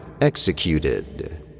executed